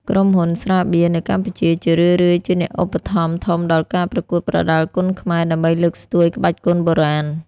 ក្រុមហ៊ុន ស្រាបៀរ នៅកម្ពុជា ជារឿយៗជាអ្នកឧបត្ថម្ភធំដល់ការប្រកួតប្រដាល់គុនខ្មែរ ដើម្បីលើកស្ទួយក្បាច់គុនបុរាណ។